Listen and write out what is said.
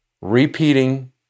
repeating